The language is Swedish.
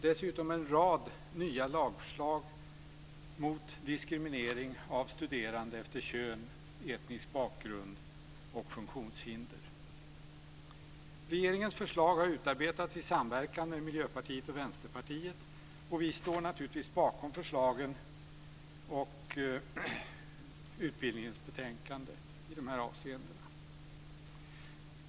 Dessutom framläggs en rad nya lagförslag mot diskriminering av studerande efter kön, etnisk bakgrund och funktionshinder. Regeringens förslag har utarbetats i samverkan med Miljöpartiet och Vänsterpartiet, och vi står naturligtvis bakom förslagen och utbildningsutskottets betänkande i de här avseendena.